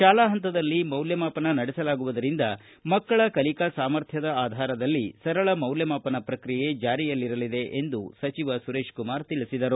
ತಾಲಾ ಪಂತದಲ್ಲಿ ಮೌಲ್ಯಮಾಪನ ನಡೆಸಲಾಗುವುದರಿಂದ ಮಕ್ಕಳ ಕಲಿಕಾ ಸಾಮರ್ಥ್ಯ ಆಧಾರದಲ್ಲಿ ಸರಳ ಮೌಲ್ಯಮಾಪನ ಪ್ರಕಿಯೆ ಜಾರಿಯಲ್ಲಿರಲಿದೆ ಎಂದು ಸಚಿವ ಸುರೇಶಕುಮಾರ ಹೇಳಿದರು